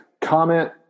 comment